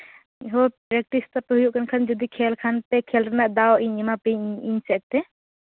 ᱦᱳᱠ ᱯᱮᱠᱴᱤᱥ ᱛᱟᱯᱮ ᱦᱩᱭᱩᱜ ᱠᱟᱱ ᱠᱷᱟᱱ ᱡᱩᱫᱤ ᱠᱷᱮᱞ ᱠᱷᱟᱱ ᱯᱮ ᱠᱷᱮᱞ ᱨᱮᱱᱟᱜ ᱫᱟᱣᱤᱧ ᱮᱢᱟ ᱯᱮᱭᱟᱧ ᱤᱧ ᱥᱮᱫ ᱛᱮ